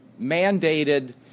mandated